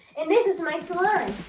and this is my salon.